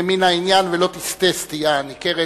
ממין העניין, ולא תסטה סטייה ניכרת.